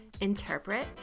Interpret